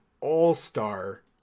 all-star